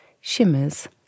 shimmers